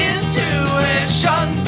Intuition